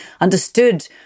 understood